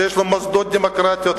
שיש לה מוסדות דמוקרטיים,